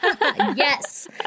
Yes